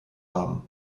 haben